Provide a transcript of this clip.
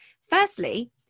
firstly